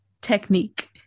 technique